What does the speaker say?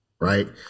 right